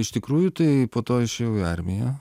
iš tikrųjų tai po to išėjau į armiją